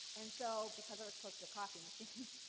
and so because i was close to the coffee machine,